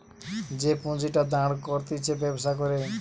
যে পুঁজিটা দাঁড় করতিছে ব্যবসা করে